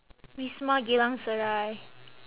wisma geylang serai